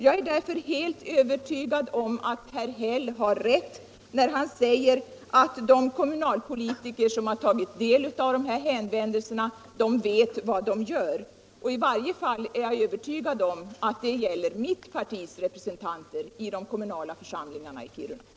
Jag är därför helt övertygad om att herr Häll har rätt när han säger att de kommunalpolitiker som har tagit del av dessa hänvändelser vet vad de gör. I varje fall är jag övertygad om att detta gäller mitt partis representanter i de kommunala församlingarna i Kiruna.